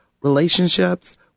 relationships